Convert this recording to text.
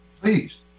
Please